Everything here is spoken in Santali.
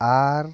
ᱟᱨ